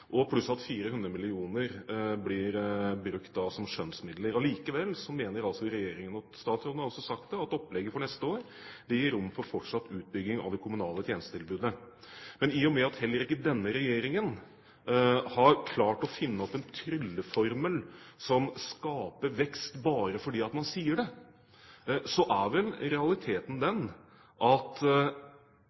at 400 mill. kr blir brukt som skjønnsmidler. Allikevel mener regjeringen – statsråden har også sagt det – at opplegget for neste år gir rom for fortsatt utbygging av det kommunale tjenestetilbudet. Men i og med at heller ikke denne regjeringen har klart å finne opp en trylleformel som skaper vekst bare fordi man sier det, er vel realiteten den at